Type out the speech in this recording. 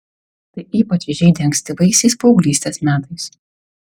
tai ypač žeidė ankstyvaisiais paauglystės metais